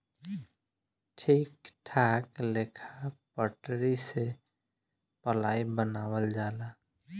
ठीक ठाक लेखा पटरी से पलाइ बनावल जाला